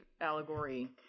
allegory-